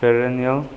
perennial